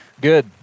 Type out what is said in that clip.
Good